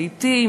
זיתים,